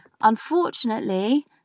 unfortunately